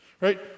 right